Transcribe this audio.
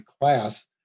class